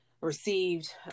received